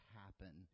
happen